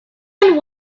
and